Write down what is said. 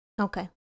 Okay